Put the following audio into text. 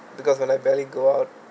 because when I barely go out